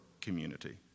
community